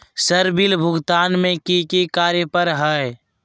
Sir bill भुगतान में की की कार्य पर हहै?